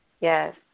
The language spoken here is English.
Yes